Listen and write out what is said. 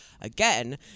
again